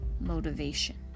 motivation